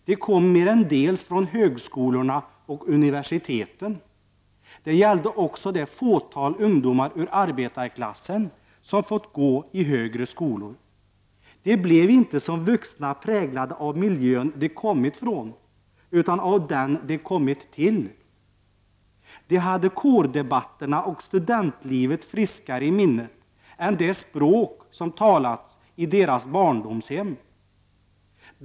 De kom merendels från högskolorna och universiteten. Det gällde också det fåtal ungdomar ur arbetarklassen som fått gå i högre skolor. De blev inte som vuxna präglade av miljön de kommit från utan av den de kommit till. De hade kårdebatterna och studentlivet friskare i minnet än det språk som talats i deras barndomshem.